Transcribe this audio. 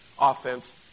offense